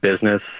business